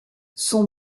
sont